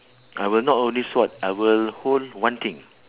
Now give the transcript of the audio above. I will not hold any sword I will hold one thing